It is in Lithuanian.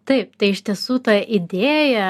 taip tai iš tiesų ta idėja